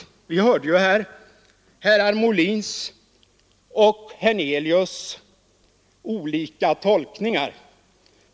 Vi hörde ju här herrar Molins och Hernelius” olika tolkningar.